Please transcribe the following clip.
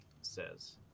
says